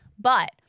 But-